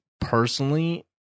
personally